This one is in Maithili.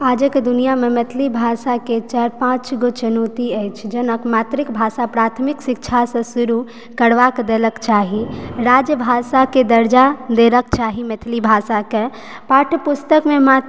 आजुक दुनिआमे मैथिली भाषाके चारि पाँच गो चुनौती अछि जेना कि मातृकभाषा प्राथमिक शिक्षासँ शुरु करबाक देलक चाही राजभाषाके दर्जा देबाक चाही मैथिली भाषाकऽ पाठ्यपुस्तकमे मात्र